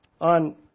On